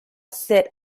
sit